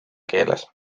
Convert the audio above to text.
keeles